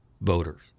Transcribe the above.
voters